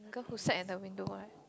the girl who sat at the window right